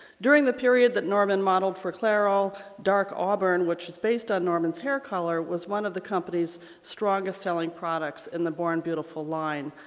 during the period that norman modeled for clairol, dark auburn, which is based on norman's hair color, was one of the company's strongest selling products in the born beautiful line,